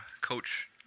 Coach